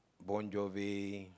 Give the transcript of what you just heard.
Bon Jovi